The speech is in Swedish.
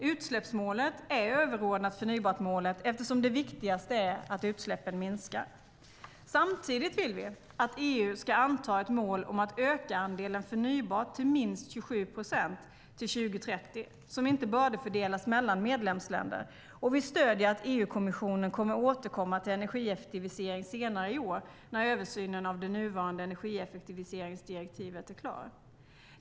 Utsläppsmålet är överordnat förnybartmålet eftersom det viktigaste är att utsläppen minskar. Samtidigt vill vi att EU ska anta ett mål om att öka andelen förnybart till minst 27 procent till 2030 som inte bördefördelas mellan medlemsländer, och vi stöder att EU-kommissionen kommer att återkomma till energieffektivisering senare i år, när översynen av det nuvarande energieffektiviseringsdirektivet är klar.